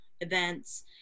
events